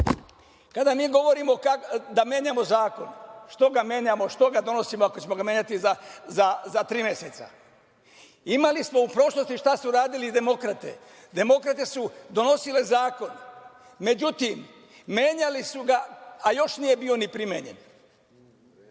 kada mi govorimo o tome da menjamo zakon, što ga menjamo, što ga donosimo ako ćemo ga menjati za tri meseca, imali smo u prošlosti šta su radile demokrate. Demokrate su donosile zakon, međutim, menjali su ga, a još nije bio ni primenjen. Dame